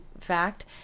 fact